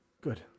Good